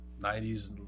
90s